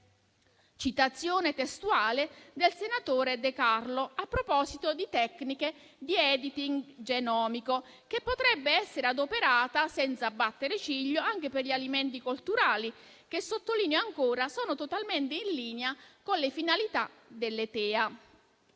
citazione testuale del senatore De Carlo a proposito di tecniche di *editing* genomico, che potrebbero essere adoperate senza battere ciglio anche per gli alimenti colturali che, sottolineo ancora, sono totalmente in linea con le finalità delle